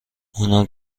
اونم